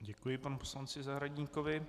Děkuji panu poslanci Zahradníkovi.